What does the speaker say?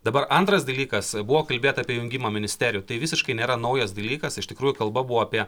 dabar antras dalykas buvo kalbėta apie jungimą ministerijų tai visiškai nėra naujas dalykas iš tikrųjų kalba buvo apie